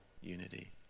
unity